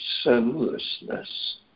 sinlessness